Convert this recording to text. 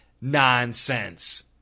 nonsense